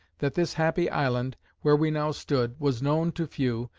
that this happy island, where we now stood, was known to few,